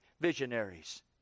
visionaries